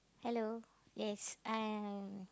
hello yes I